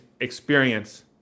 experience